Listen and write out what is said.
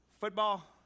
football